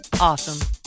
awesome